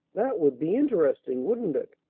that would be interesting, wouldn't it?